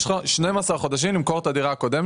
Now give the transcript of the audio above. יש לך כ-12 חודשים למכור את הדירה הקודמת